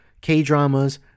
K-Dramas